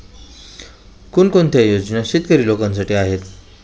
कोणकोणत्या योजना शेतकरी लोकांसाठी आहेत?